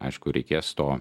aišku reikės to